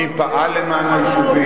מי פעל למען היישובים,